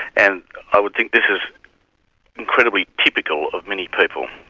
and i would think this is incredibly typical of many people.